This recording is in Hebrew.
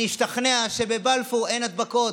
אני אשתכנע שבבלפור אין הדבקות.